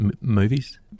movies